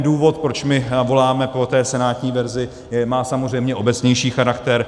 Důvod, proč my voláme po senátní verzi, má samozřejmě obecnější charakter.